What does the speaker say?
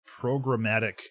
programmatic